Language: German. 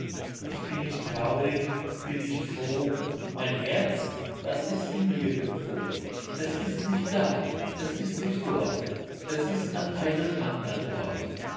ich bin nicht traurig bin nicht froh mein herz das ist in nirgendwo es ist nicht da es ist nicht dort es ist an einem andern ort